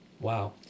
Wow